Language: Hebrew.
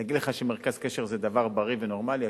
להגיד לך שמרכז קשר זה דבר בריא ונורמלי?